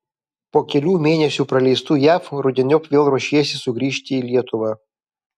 po kelių mėnesių praleistų jav rudeniop vėl ruošiesi sugrįžti į lietuvą